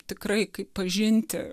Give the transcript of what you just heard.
tikrai kaip pažinti